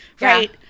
right